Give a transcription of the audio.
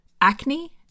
Acne